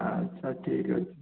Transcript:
ଆଚ୍ଛା ଠିକ୍ ଅଛି